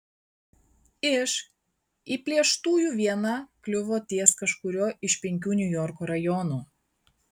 iš įplėštųjų viena kliuvo ties kažkuriuo iš penkių niujorko rajonų